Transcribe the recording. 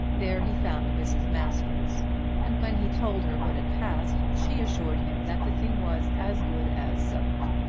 there he found mrs. masters and when he told her what had passed she assured him that the thing was as good as settled.